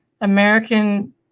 American